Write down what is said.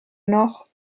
noch